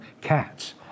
cats